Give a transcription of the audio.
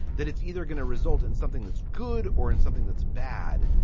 that it's either going to result in something that's good or in something that's bad.